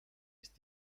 ist